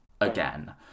again